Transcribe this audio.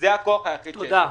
זה הכוח היחיד שיש לנו.